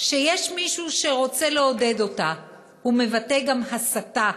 שיש מישהו שרוצה לעודד אותה, הוא מבטא גם הסתה,